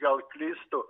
gal klystu